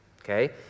okay